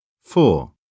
Four